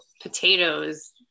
potatoes